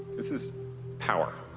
this is power.